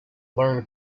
learn